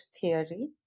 theory